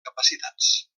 capacitats